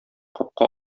капка